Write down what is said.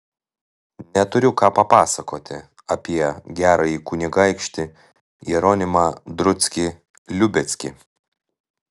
neturiu ką papasakoti apie gerąjį kunigaikštį jeronimą druckį liubeckį